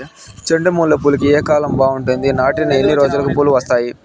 చెండు మల్లె పూలుకి ఏ కాలం బావుంటుంది? నాటిన ఎన్ని రోజులకు పూలు వస్తాయి?